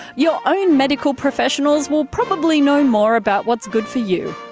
your own medical professionals will probably know more about what's good for you.